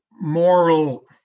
moral